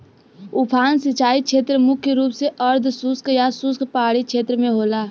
उफान सिंचाई छेत्र मुख्य रूप से अर्धशुष्क या शुष्क पहाड़ी छेत्र में होला